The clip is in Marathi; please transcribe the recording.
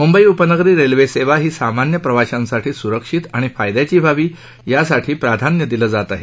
मुंबई उपनगरी रेल्वे सेवा ही सामान्य प्रवाशांसाठी सूरक्षित आणि फायद्याची व्हावी यासाठी प्राधान्य दिलं जात आहे